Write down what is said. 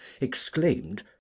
exclaimed